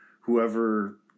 whoever